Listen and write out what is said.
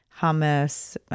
hummus